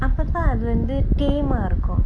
அபதா அது வந்து:apatha athu vanthu tame ah இருக்கு:iruku